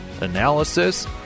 analysis